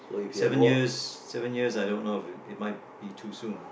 seven years seven years I don't know it might be too soon